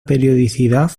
periodicidad